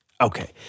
okay